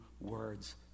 words